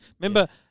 Remember